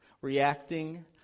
reacting